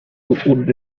would